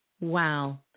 wow